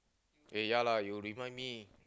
eh ya lah you remind me